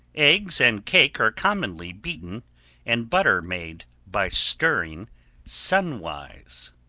eggs and cake are commonly beaten and butter made by stirring sunwise.